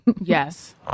Yes